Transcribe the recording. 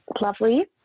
lovely